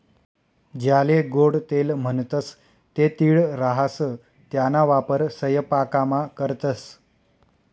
ज्याले गोडं तेल म्हणतंस ते तीळ राहास त्याना वापर सयपाकामा करतंस